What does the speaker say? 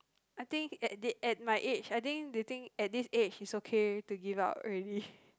I think at the at my age I think do you think at this age is okay to give up already